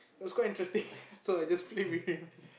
it was quite interesting so I just play with him